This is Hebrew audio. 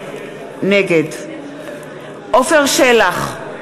נגד עפר שלח,